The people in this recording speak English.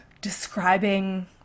describing